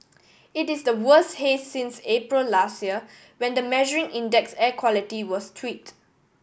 it is the worst haze since April last year when the measuring index air quality was tweaked